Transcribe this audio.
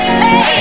say